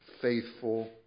faithful